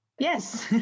Yes